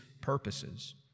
purposes